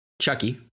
chucky